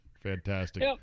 Fantastic